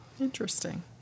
Interesting